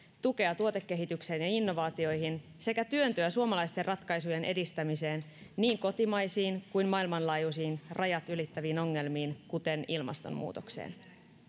tukea tuotekehitykseen ja innovaatioihin sekä työntöä suomalaisten ratkaisujen edistämiseen niin kotimaisiin kuin maailmanlaajuisiin rajat ylittäviin ongelmiin kuten ilmastonmuutokseen